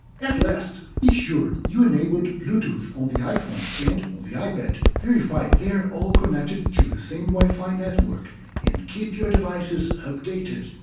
at last, be sure you enabled bluetooth on the iphone and on the ipad verify they are all connected to the same wifi network and keep your devices updated!